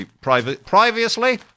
previously